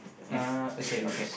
uh I say okay